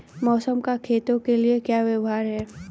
मौसम का खेतों के लिये क्या व्यवहार है?